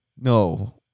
No